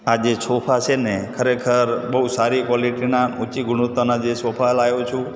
આ જે સોફા છે ને ખરેખર બહુ સારી ક્વૉલિટીના ઉંચી ગુણવત્તાના જે સોફા લાવ્યો છું